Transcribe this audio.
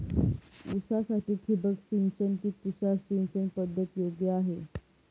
ऊसासाठी ठिबक सिंचन कि तुषार सिंचन पद्धत योग्य आहे?